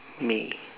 me